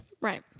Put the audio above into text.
Right